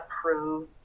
approved